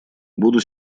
буду